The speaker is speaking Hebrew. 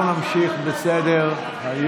אנחנו נמשיך בסדר-היום.